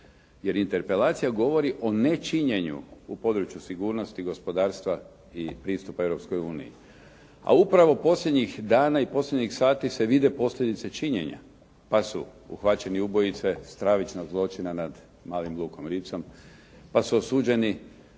Jer interpelacija govori o nečinjenju u području sigurnosti, gospodarstva i pristupa Europskoj uniji, a upravo posljednjih dana i posljednjih sati se vide posljedice činjenja, pa su uhvaćeni ubojice stravičnog zločina nad malim Lukom Ritzom, pa su osuđeni